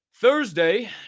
Thursday